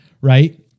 right